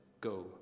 go